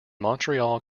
montreal